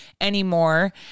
anymore